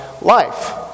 life